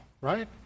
right